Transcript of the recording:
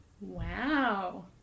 Wow